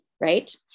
right